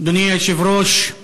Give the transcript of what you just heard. אדוני היושב-ראש,